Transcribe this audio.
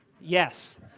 yes